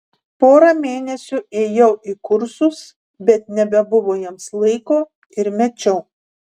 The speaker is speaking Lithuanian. porą mėnesių ėjau į kursus bet nebebuvo jiems laiko ir mečiau